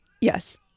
Yes